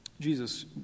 Jesus